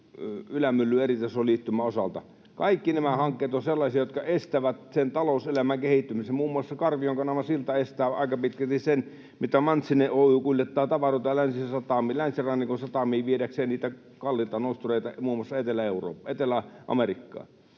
Ylämyllyn eritasoliittymän osalta. Kaikki nämä hankkeet ovat sellaisia, jotka estävät sen talouselämän kehittymisen. Muun muassa Karvion kanavan silta estää aika pitkälti sen, että Mantsinen Oy kuljettaa tavaroita länsirannikon satamiin viedäkseen niitä kalliita nostureita muun muassa Etelä-Amerikkaan.